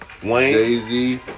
Jay-Z